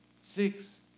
Six